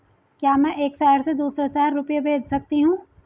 क्या मैं एक शहर से दूसरे शहर रुपये भेज सकती हूँ?